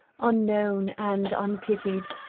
unknown and unpitied,